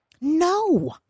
No